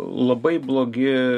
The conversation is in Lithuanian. labai blogi